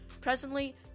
Presently